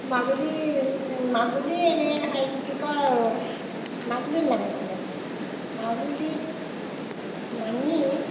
মাজুলী মাজুলী এনে হেৰি কি কয় মাজুলীত নামিলোঁগৈ মাজুলীত নামি